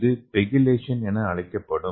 இது பெகிலேஷன் என்று அழைக்கப்படுகிறது